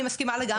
אני מסכימה לגמרי.